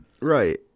Right